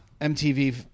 MTV